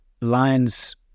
lions